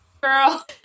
girl